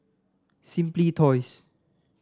Simply Toys